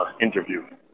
interview